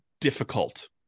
difficult